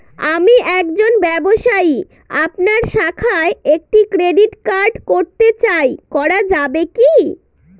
আমি একজন ব্যবসায়ী আপনার শাখায় একটি ক্রেডিট কার্ড করতে চাই করা যাবে কি?